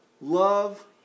Love